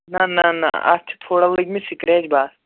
نہَ نہَ نہَ اَتھ چھِ تھوڑا لٔگۍمٕتۍ سِکریچ بَس